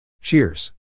Cheers